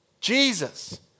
Jesus